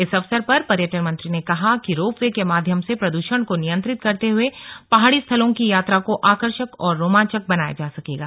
इस अवसर पर पर्यटन मंत्री ने कहा कि रोपवे के माध्यम से प्रद्षण को नियन्त्रित करते हुए पहाड़ी स्थलों की यात्रा को आकर्षक और रोमांचक बनाया जा सकेगा